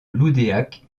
loudéac